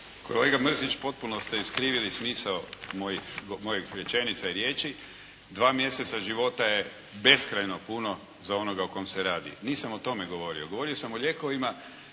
Kolega Mrsić potpuno ste iskrivili smisao mojih rečenica i riječi. Dva mjeseca života je beskrajno puno za onoga o kom se radi. Nisam o tome govorio. Govorio sam o lijekovima